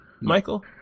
Michael